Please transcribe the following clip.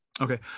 Okay